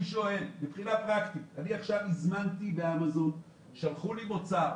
אני שואל מבחינה פרקטית: אני עכשיו הזמנתי באמזון ושלחו לי מוצר.